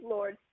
Lord